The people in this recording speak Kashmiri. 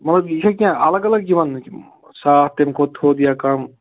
مطلب یہِ چھا کیٚنٛہہ اَلگ اَلگ یِوان صاف تَمہِ کھۅتہٕ تھوٚد یا کَم